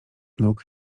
nóg